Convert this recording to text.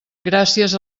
gràcies